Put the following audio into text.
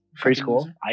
Preschool